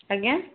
ଆଜ୍ଞା